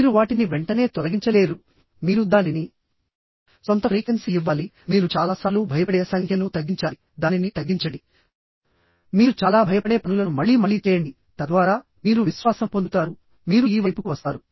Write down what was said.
మీరు వాటిని వెంటనే తొలగించలేరు మీరు దానిని సొంత ఫ్రీక్వెన్సీ ఇవ్వాలి మీరు చాలా సార్లు భయపడే సంఖ్యను తగ్గించాలి దానిని తగ్గించండి మీరు చాలా భయపడే పనులను మళ్లీ మళ్లీ చేయండి తద్వారా మీరు విశ్వాసం పొందుతారు మీరు ఈ వైపుకు వస్తారు